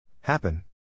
Happen